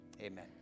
Amen